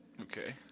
Okay